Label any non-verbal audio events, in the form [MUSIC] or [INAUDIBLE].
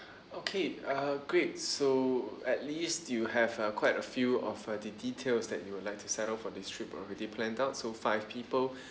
okay uh great so at least you have quite a few of uh the details that you'd like to set up for this trip already planned out so five people [BREATH]